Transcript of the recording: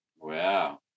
Wow